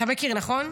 אתה מכיר, נכון?